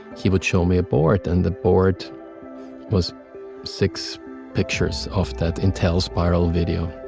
he would show me a board. and the board was six pictures of that intel spiral video.